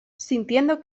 sintiendo